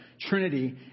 Trinity